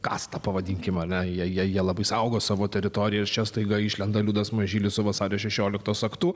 kasta pavadinkim ar ne jie jie jie labai saugo savo teritoriją ir čia staiga išlenda liudas mažylis vasario šešioliktos aktu